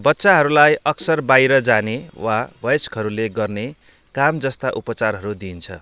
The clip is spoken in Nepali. बच्चाहरूलाई अक्सर बाइर जाने वा वयस्कहरूले गर्ने कामजस्ता उपचारहरू दिइन्छ